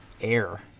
air